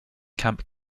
camp